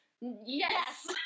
Yes